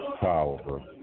Powerful